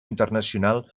internacional